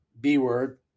B-word